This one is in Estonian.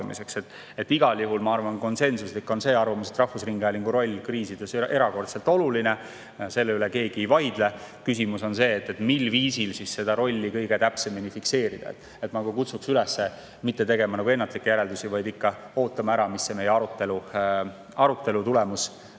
Igal juhul ma arvan, konsensuslik on see arvamus, et rahvusringhäälingu roll on kriisides erakordselt oluline, selle üle keegi ei vaidle. Küsimus on selles, mil viisil seda rolli kõige täpsemini fikseerida. Ma ka kutsuks üles mitte tegema ennatlikke järeldusi, vaid ikka ootame ära, mis see meie arutelu tulemus